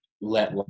let